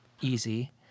easy